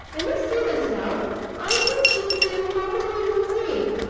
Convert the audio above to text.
i must say myself i think she would be uncommonly in the way.